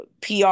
PR